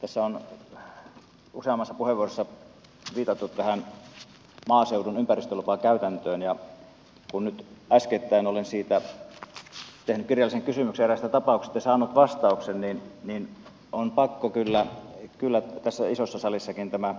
tässä on useammassa puheenvuorossa viitattu tähän maaseudun ympäristölupakäytäntöön ja kun nyt äskettäin olen siitä tehnyt kirjallisen kysymyksen eräästä tapauksesta ja saanut vastauksen niin on pakko kyllä tässä isossa salissakin tämä asia vielä käsitellä